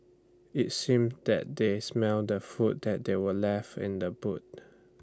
IT seemed that they had smelt the food that were left in the boot